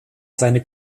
seine